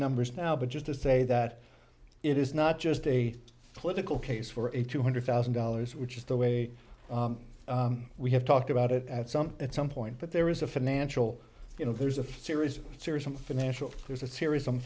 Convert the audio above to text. numbers now but just to say that it is not just a political case for a two hundred thousand dollars which is the way we have talked about it at some at some point but there is a financial you know there's a series of series some financial there's a series some